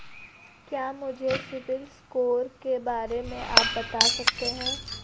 क्या मुझे CIBIL score के बारे में आप बता सकते हैं?